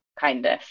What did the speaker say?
kindness